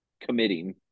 committing